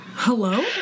Hello